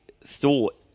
thought